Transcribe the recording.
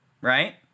right